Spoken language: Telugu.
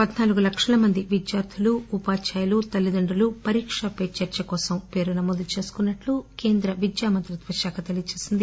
పధ్నాలుగు లక్షల మంది విద్యార్థులు ఉపాధ్యాయులు తల్లిదండ్రులు పరీశా పే చర్చ కోసం పేరు నమోదు చేసుకున్నట్లు విద్యా మంత్రిత్వ శాఖ తెలీయజేసింది